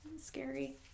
scary